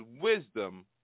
wisdom